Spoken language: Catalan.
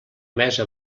mesa